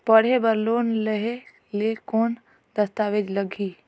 पढ़े बर लोन लहे ले कौन दस्तावेज लगही?